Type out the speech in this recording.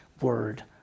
Word